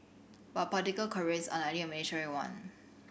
but a political career is unlike a military one